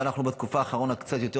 אבל בתקופה האחרונה אנחנו קצת יותר